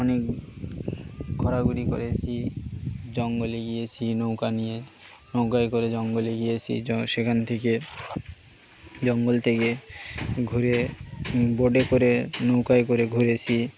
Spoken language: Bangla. অনেক ঘোরাঘুরি করেছি জঙ্গলে গিয়েছি নৌকা নিয়ে নৌকাই করে জঙ্গলে গিয়েছি সেখান থেকে জঙ্গল থেকে ঘুরে বোটে করে নৌকায় করে ঘুরেছি